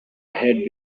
had